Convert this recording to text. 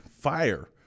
fire